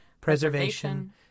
preservation